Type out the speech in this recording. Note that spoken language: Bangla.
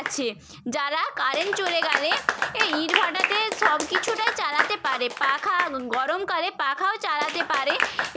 আছে যারা কারেন্ট চলে গেলে এই ইনভার্টারতে সব কিছুটাই চালাতে পারে পাখা গরমকালে পাখাও চালাতে পারে